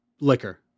liquor